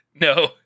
No